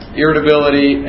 irritability